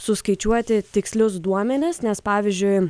suskaičiuoti tikslius duomenis nes pavyzdžiui